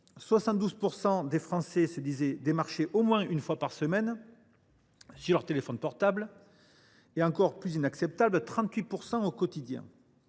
72 % des Français se disaient démarchés au moins une fois par semaine sur leur téléphone portable et – encore plus inacceptable !– 38 % au quotidien.